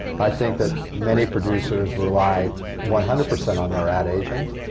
i think that many producers rely one hundred percent on their ad agent,